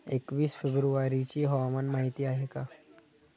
एकवीस फेब्रुवारीची हवामान माहिती आहे का?